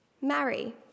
Marry